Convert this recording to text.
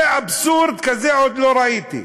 אבסורד כזה עוד לא ראיתי.